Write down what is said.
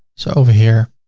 so over here